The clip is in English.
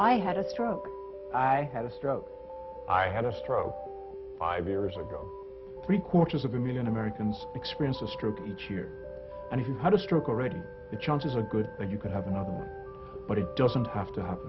i had a stroke i had a stroke i had a stroke five years ago three quarters of a million americans experience a stroke each year and he's had a stroke already the chances are good that you can have enough but it doesn't have to have